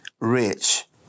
rich